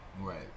Right